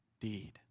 deed